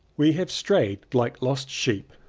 we have strayed like lost sheep,